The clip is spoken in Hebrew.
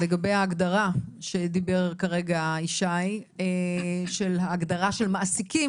לגבי ההגדרה שדיבר עליה כרגע ישי של מעסיקים.